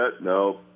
No